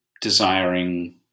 desiring